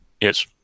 yes